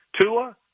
Tua